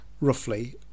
Roughly